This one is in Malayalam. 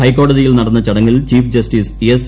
ഹൈക്കോടതിയിൽ നടന്ന ചടങ്ങിൽ ചീഫ് ജസ്റ്റിസ് എസ്